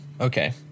Okay